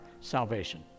salvation